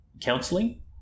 counseling